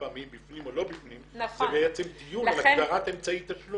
אפילו עבירת רצח.